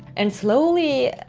and, slowly,